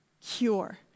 cure